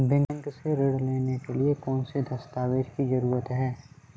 Bank से ऋण लेने के लिए कौन से दस्तावेज की जरूरत है?